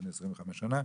לפני 25 שנה.